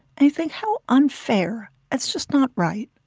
and you think how unfair. that's just not right.